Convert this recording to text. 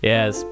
Yes